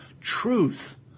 truth